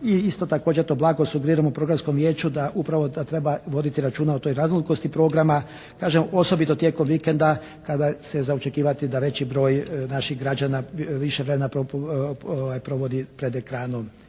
i isto također to blago sugeriramo u Programskom vijeću da upravo da treba voditi računa o toj razlikosti programa, kažem osobito tijekom vikenda kada je se za očekivati da veći broj naših građana više vremena provodi pred ekranom.